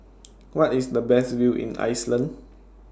Where IS The Best View in Iceland